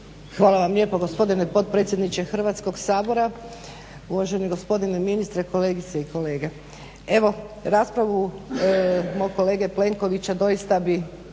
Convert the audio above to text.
Hvala vam lijepo gospodine potpredsjedniče Hrvatskog sabora. Uvaženi gospodine ministre, kolegice i kolege. Evo raspravu mog kolega Plenkovića doista bi